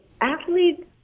athletes